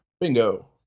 bingo